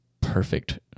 perfect